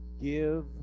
Give